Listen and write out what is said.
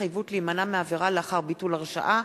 התחייבות להימנע מעבירה לאחר ביטול הרשעה),